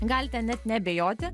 galite net neabejoti